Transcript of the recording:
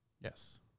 Yes